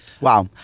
wow